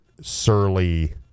surly